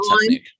technique